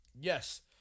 Yes